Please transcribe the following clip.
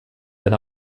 eine